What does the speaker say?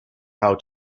how